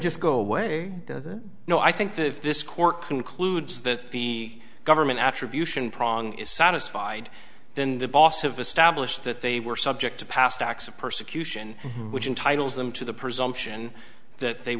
just go away you know i think that if this court concludes that the government attribute prong is satisfied then the boss of established that they were subject to past acts of persecution which entitle them to the presumption that they